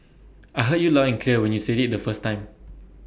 I heard you loud and clear when you said IT the first time